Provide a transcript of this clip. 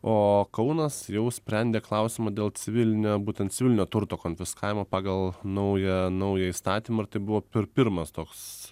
o kaunas jau sprendė klausimą dėl civilinio būtent civilinio turto konfiskavimo pagal naują naują įstatymą ir tai buvo pir pirmas toks